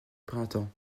printemps